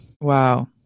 wow